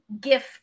gift